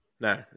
No